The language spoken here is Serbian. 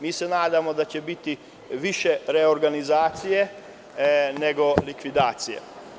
Mi se nadamo da će biti više reorganizacije nego likvidacije.